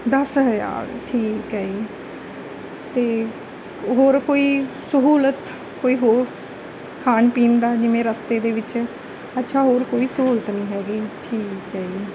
ਦਸ ਹਜ਼ਾਰ ਠੀਕ ਹੈ ਜੀ ਅਤੇ ਹੋਰ ਕੋਈ ਸਹੂਲਤ ਕੋਈ ਹੋਰ ਖਾਣ ਪੀਣ ਦਾ ਜਿਵੇਂ ਰਸਤੇ ਦੇ ਵਿੱਚ ਅੱਛਾ ਹੋਰ ਕੋਈ ਸਹੂਲਤ ਨਹੀਂ ਹੈਗੀ ਠੀਕ ਹੈ ਜੀ